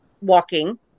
walking